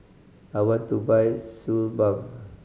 I want to buy Suu Balm